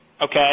okay